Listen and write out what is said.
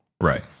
Right